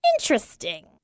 Interesting